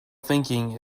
thinking